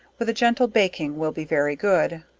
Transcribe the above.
with a gentle baking, will be very good.